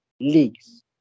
Leagues